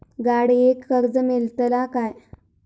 गाडयेक कर्ज मेलतला काय?